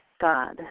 God